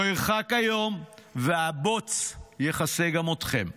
לא ירחק היום והבוץ יכסה גם אתכם.